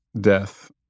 death